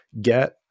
get